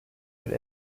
bir